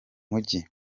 mujyi